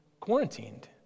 quarantined